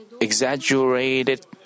exaggerated